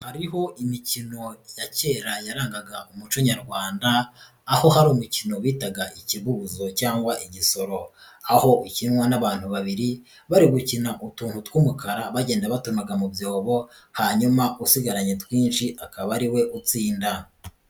Hariho imikino ya kera yarangaga umuco Nyarwanda, aho hari umukino bitaga ikibuguzo cyangwa igisoro, aho ukinwa n'abantu babiri bari gukina utuntu tw'umukara bagenda batunaga mu byobo hanyuma usigaranye twinshi akaba ariwe utsinda.